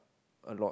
a lot